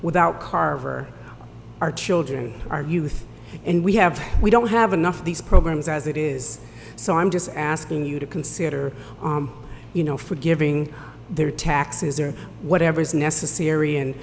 without carver our children our youth and we have we don't have enough of these programs as it is so i'm just asking you to consider you know forgiving their taxes or whatever is necessary and